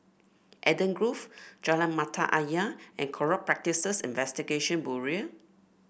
Eden Grove Jalan Mata Ayer and Corrupt Practices Investigation Bureau